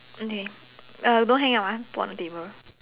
okay uh don't hang up ah put on the table